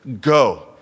Go